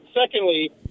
Secondly